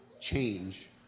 change